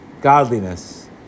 godliness